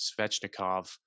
Svechnikov